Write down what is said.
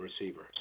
receiver